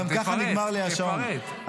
תפרט, תפרט.